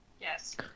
Yes